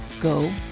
go